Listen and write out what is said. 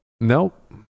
Nope